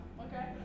okay